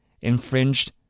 infringed